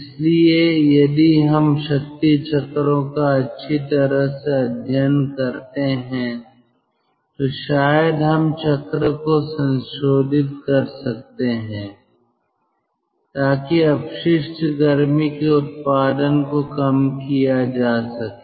इसलिए यदि हम शक्ति चक्रों का अच्छी तरह से अध्ययन करते हैं तो शायद हम चक्र को संशोधित कर सकते हैं ताकि अपशिष्ट गर्मी के उत्पादन को कम किया जा सके